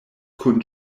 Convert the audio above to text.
kun